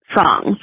songs